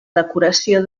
decoració